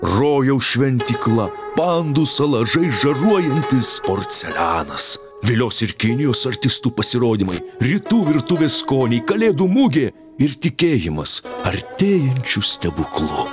rojaus šventykla pandų sala žaižaruojantis porcelianas vilios ir kinijos artistų pasirodymai rytų virtuvės skoniai kalėdų mugė ir tikėjimas artėjančiu stebuklu